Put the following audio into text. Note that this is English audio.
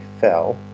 fell